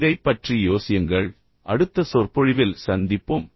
இதைப் பற்றி யோசியுங்கள் அடுத்த சொற்பொழிவில் சந்திப்போம்